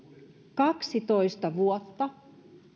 kaksitoista vuotta